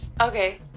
Okay